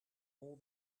all